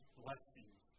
blessings